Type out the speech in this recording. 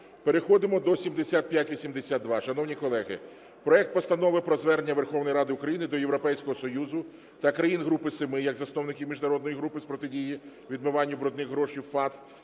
Переходимо до 7582. Шановні колеги, проект Постанови про Звернення Верховної Ради України до Європейського Союзу та країн Групи Семи як засновників міжнародної групи з протидії відмивання брудних грошей (FАТF)